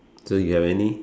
so you have any